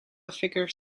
figure